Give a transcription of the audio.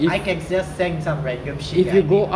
I can just send some random shit that I made